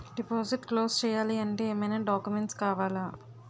Deposit close చేయాలి అంటే ఏమైనా డాక్యుమెంట్స్ కావాలా?